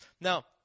Now